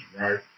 right